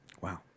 Wow